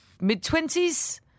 mid-twenties